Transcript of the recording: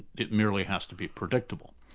it merely has to be predictable.